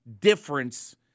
difference